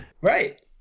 Right